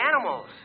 animals